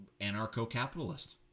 anarcho-capitalist